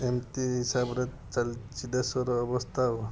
ଏମିତି ହିସାବରେ ଚାଲିଛି ଦେଶର ଅବସ୍ଥା ଆଉ